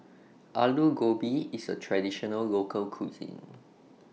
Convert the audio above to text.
Alu Gobi IS A Traditional Local Cuisine